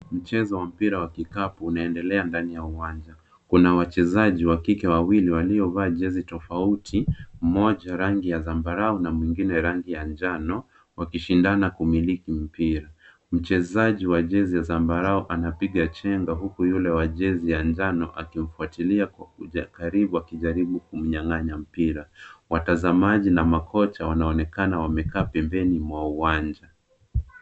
Michezo wa mpira wa kikapu unaendelea ndani ya uwanja. Kuna wachezaji wa kike wawili waliovaa jezi ya tofauti, mmoja rangi ya zambarau na mwingine rangi ya njano wakishindana kumiliki mpira. Mchezaji wa jezi ya zambarau anapiga chenga huku yule wa rangi ya njano akifuatilia Kwa karibu akijaribu kumnyang'anya mpira. Watazamaji na makocha wanaonekana wamekaa pembeni mwa uwanja.